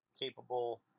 capable